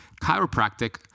chiropractic